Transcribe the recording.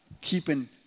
keeping